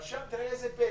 אבל שם, תראה איזה פלא,